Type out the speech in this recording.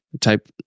type